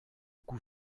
coup